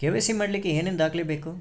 KYC ಮಾಡಲಿಕ್ಕೆ ಏನೇನು ದಾಖಲೆಬೇಕು?